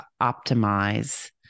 optimize